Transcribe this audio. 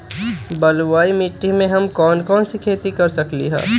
बलुई मिट्टी में हम कौन कौन सी खेती कर सकते हैँ?